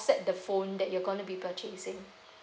the phone that you're gonna be purchasing